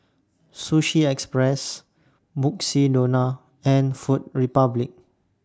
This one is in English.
Sushi Express Mukshidonna and Food Republic